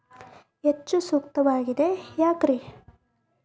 ಹೆಚ್ಚು ಸೂಕ್ತವಾಗಿದೆ ಯಾಕ್ರಿ?